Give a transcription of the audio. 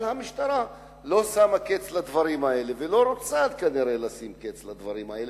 אבל המשטרה לא שמה קץ לדברים האלה וכנראה לא רוצה לשים קץ לדברים האלה,